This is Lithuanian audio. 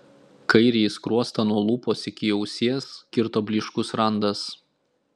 kairįjį skruostą nuo lūpos iki ausies kirto blyškus randas